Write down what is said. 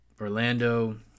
Orlando